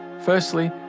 Firstly